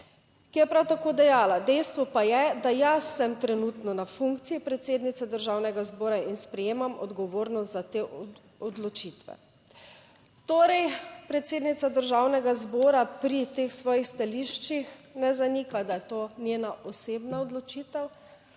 ki je prav tako dejala: "Dejstvo pa je, da jaz sem trenutno na funkciji predsednice Državnega zbora in sprejemam odgovornost za te odločitve." Torej, predsednica Državnega zbora pri teh svojih stališčih ne zanika, da je to njena osebna odločitev,